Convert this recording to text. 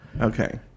Okay